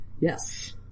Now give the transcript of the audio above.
Yes